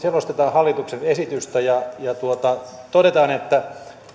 selostetaan hallituksen esitystä ja ja todetaan että